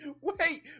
Wait